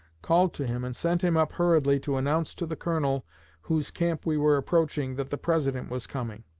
called to him and sent him up hurriedly to announce to the colonel whose camp we were approaching that the president was coming.